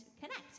connect